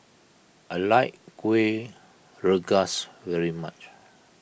I like Kueh Rengas very much